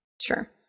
Sure